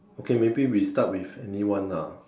okay maybe we start with anyone ah